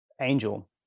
Angel